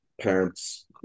parents